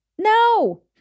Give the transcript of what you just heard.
No